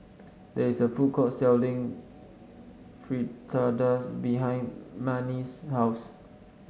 there is a food court selling Fritada behind Manie's house